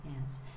Yes